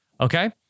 Okay